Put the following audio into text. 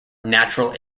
natural